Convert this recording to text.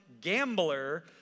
gambler